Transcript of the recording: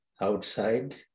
outside